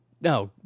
no